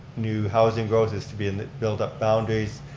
new housing growth is to be in the build up boundaries.